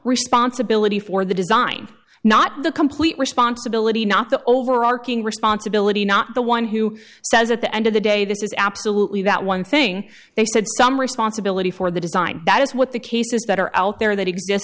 responsibility for the design not the complete responsibility not the overarching responsibility not the one who says at the end of the day this is absolutely that one thing they said some responsibility for the design that is what the cases that are out there that exist